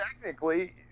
technically